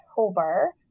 October